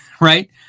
right